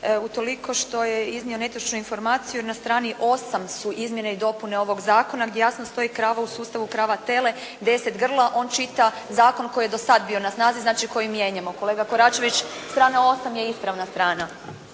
utoliko što je iznio netočnu informaciju na strani 8 su izmijene i dopune ovoga zakona gdje jasno stoji krava u sustavu, krava-tele, 10 grla, on čita zakon koji je sada bio na snazi, znači koji mijenjamo, kolega Koračević, strana 8. je ispravna strana.